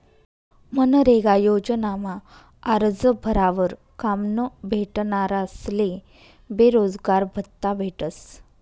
मनरेगा योजनामा आरजं भरावर काम न भेटनारस्ले बेरोजगारभत्त्ता भेटस